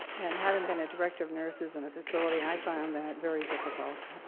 and having been a director of nurses in a facility, i found that very difficult.